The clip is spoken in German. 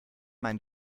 mein